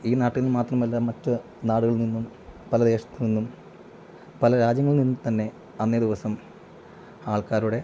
ഈ നാട്ടിൽ നിന്നു മാത്രമല്ല മറ്റു നാടുകളിൽ നിന്നും പല ദേശത്തിൽ നിന്നും പല രാജ്യങ്ങളിൽ നിന്നും തന്നെ അന്നേ ദിവസം ആൾക്കാരുടെ